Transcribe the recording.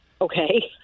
Okay